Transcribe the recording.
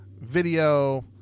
video